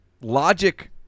Logic